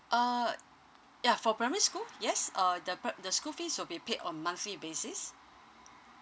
uh ya for primary school yes uh the pre~ the school fees will be paid on monthly basis